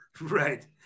Right